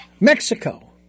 Mexico